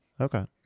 Okay